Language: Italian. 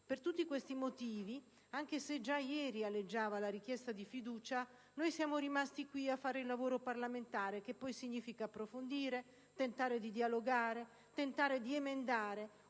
Per tutti questi motivi, anche se già ieri aleggiava la richiesta di fiducia, siamo rimasti qui a svolgere il lavoro parlamentare, che poi significa approfondire, tentare di dialogare, tentare di emendare